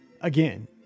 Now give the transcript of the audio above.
again